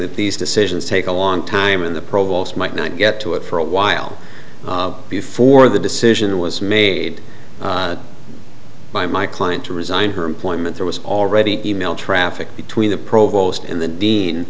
that these decisions take a long time and the provost might not get to it for a while before the decision was made by my client to resign her employment there was already an e mail traffic between the provost and the dean